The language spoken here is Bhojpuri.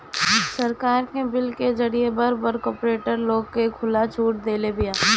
सरकार इ बिल के जरिए से बड़ बड़ कार्पोरेट लोग के खुला छुट देदेले बिया